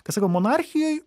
kad sakau monarchijai